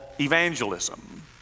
evangelism